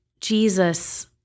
Jesus